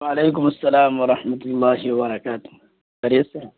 وعلیکم السلام ورحمۃ اللہ و برکاتہ خیریت سے ہیں